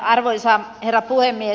arvoisa herra puhemies